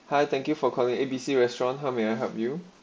hi thank you for calling A B C restaurant how may I help you